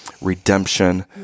redemption